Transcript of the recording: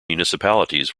municipalities